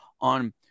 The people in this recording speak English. on